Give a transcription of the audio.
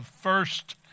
first